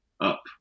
Up